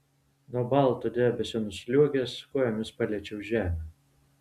nuo balto debesio nusliuogęs kojomis paliečiau žemę